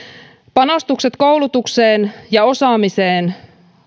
panostukset koulutukseen ja osaamiseen